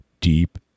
deep